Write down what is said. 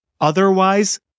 Otherwise